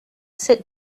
sit